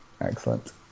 Excellent